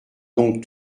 donc